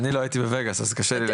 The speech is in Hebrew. אני לא הייתי בווגאס, אז קשה לי להגיד.